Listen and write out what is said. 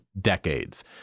decades